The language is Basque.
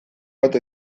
bat